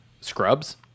scrubs